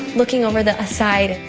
looking over the side.